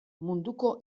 munduko